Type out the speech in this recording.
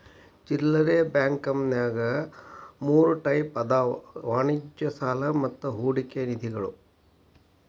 ಚಿಲ್ಲರೆ ಬಾಂಕಂನ್ಯಾಗ ಮೂರ್ ಟೈಪ್ ಅದಾವ ವಾಣಿಜ್ಯ ಸಾಲಾ ಮತ್ತ ಹೂಡಿಕೆ ನಿಧಿಗಳು